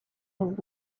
his